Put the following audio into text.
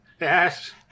Yes